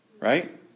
Right